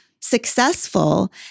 successful